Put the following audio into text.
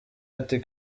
ati